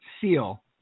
seal